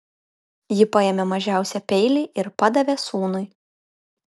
ji paėmė mažiausią peilį ir padavė sūnui